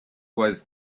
was